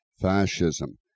fascism